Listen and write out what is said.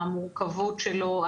המורכבות שלו,